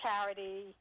charity